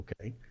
okay